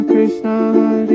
Krishna